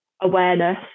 awareness